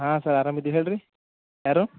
ಹಾಂ ಸರ್ ಅರಾಮಿದ್ದೀನಿ ಹೇಳ್ರಿ ಯಾರು